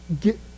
get